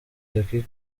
jackie